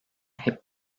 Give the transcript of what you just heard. hep